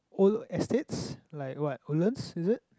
old estates like what Woodlands is it